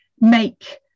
make